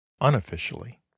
unofficially